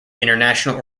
international